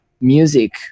music